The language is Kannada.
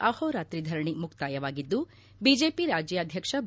ಅಹೋರಾತ್ರಿ ಧರಣಿ ಮುಕ್ತಾಯವಾಗಿದ್ದು ಬಿಜೆಪಿ ರಾಜ್ಯಾಧ್ವಕ್ಷ ಬಿ